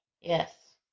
Yes